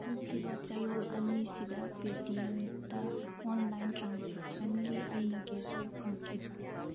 ꯍꯧꯈꯤꯕ ꯆꯌꯣꯜ ꯑꯅꯤꯁꯤꯗ ꯄꯦ ꯇꯤ ꯑꯦꯝꯇ ꯑꯣꯟꯂꯥꯏꯟ ꯇ꯭ꯔꯥꯟꯁꯦꯛꯁꯟꯒꯤ ꯑꯩꯅ ꯀꯦꯁꯕꯦꯛ ꯐꯪꯈꯤꯕ꯭ꯔꯥ